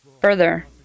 Further